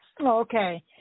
Okay